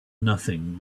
nothing